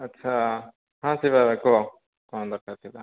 ଆଚ୍ଛା ହଁ ଶିବାଦାଦା କୁହ କ'ଣ ଦରକାର ଥିଲା